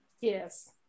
yes